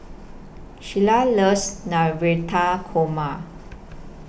Shyla loves Navratan Korma